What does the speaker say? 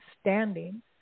standing